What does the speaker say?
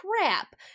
crap